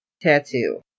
tattoo